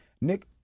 Nick